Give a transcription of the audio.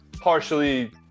Partially